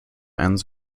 ends